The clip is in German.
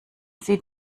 sie